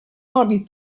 hardly